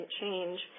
change